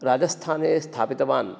राजस्थाने स्थापितवान्